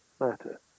matter